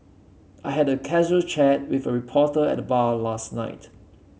I had a casual chat with a reporter at the bar last night